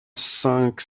cinq